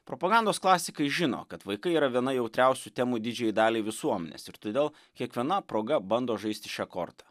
propagandos klasikai žino kad vaikai yra viena jautriausių temų didžiajai daliai visuomenės ir todėl kiekviena proga bando žaisti šia korta